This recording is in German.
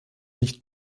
nicht